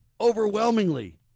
overwhelmingly